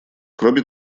кроме